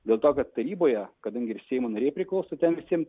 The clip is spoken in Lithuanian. dėl to kad taryboje kadangi ir seimo nariai priklauso ten visiem